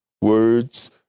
Words